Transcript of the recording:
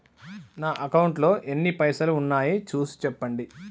నా అకౌంట్లో ఎన్ని పైసలు ఉన్నాయి చూసి చెప్పండి?